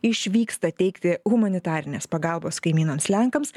išvyksta teikti humanitarinės pagalbos kaimynams lenkams